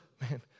man